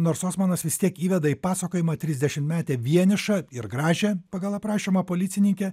nors osmanas vis tiek įveda į pasakojimą trisdešimtmetę vienišą ir gražią pagal aprašymą policininkę